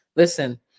Listen